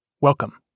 Welcome